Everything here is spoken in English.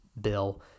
Bill